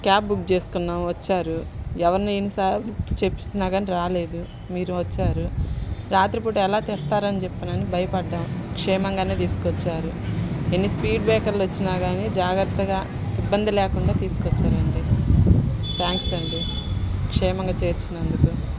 cab book చేసుకున్నాం వచ్చారు ఎవరిని ఎన్నిసార్లు చెప్పిన కానీ రాలేదు మీరు వచ్చారు రాత్రిపూట ఎలా తెస్తారని చెప్పినని బయపడ్డాం క్షేమంగా తీసుకు వచ్చారు ఎన్ని స్పీడ్ బ్రేకర్లు వచ్చిన కానీ జాగ్రత్తగా ఇబ్బంది లేకుండా తీసుకు వచ్చారు అండి థాంక్స్ అండి క్షేమంగా చేర్చినందుకు